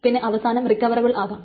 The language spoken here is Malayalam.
പിന്നെ അവസാനം റിക്കവറബിൾ ആകാം